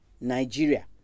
Nigeria